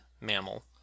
mammal